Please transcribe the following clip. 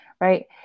right